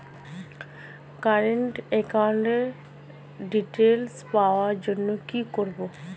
Current একাউন্টের details পাওয়ার জন্য কি করব?